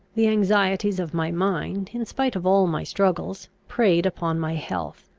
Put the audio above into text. the anxieties of my mind, in spite of all my struggles, preyed upon my health.